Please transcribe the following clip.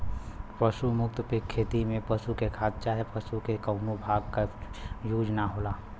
पशु मुक्त खेती में पशु के खाद चाहे पशु के कउनो भाग क यूज ना होला